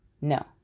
No